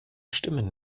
stimmen